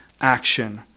action